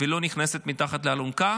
ולא נכנסת מתחת לאלונקה,